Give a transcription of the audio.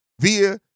via